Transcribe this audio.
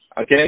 okay